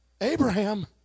Abraham